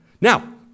Now